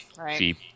right